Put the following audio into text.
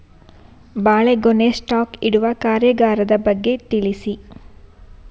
ಬಾಳೆಗೊನೆ ಸ್ಟಾಕ್ ಇಡುವ ಕಾರ್ಯಗಾರದ ಬಗ್ಗೆ ತಿಳಿಸಿ